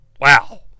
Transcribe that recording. Wow